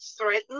threatened